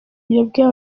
yabwiye